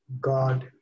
God